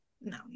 no